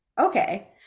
okay